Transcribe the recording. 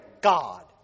God